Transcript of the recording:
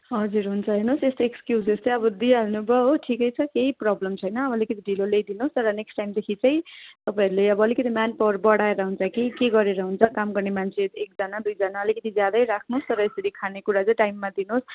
हजुर हुन्छ हेर्नुहोस् यस्तो एस्क्युजेस चाहिँ अब दिइहाल्नुभयो हो ठिकै छ केही प्रोब्लम छैन अलिकति ढिलो ल्याइदिनुहोस् तर नेक्स्ट टाइमदेखि चाहिँ तपाईँहरूले अब अलिकति म्यानपावर बढाएर हुन्छ कि के गरेर हुन्छ काम गर्ने मान्छे एकजना दुइजना अलिकति ज्यादै राख्नुहोस् तर यसरी खानेकुरा चाहिँ टाइममा दिनुहोस्